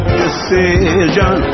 decision